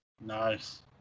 Nice